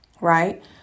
Right